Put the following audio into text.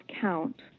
count